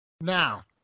Now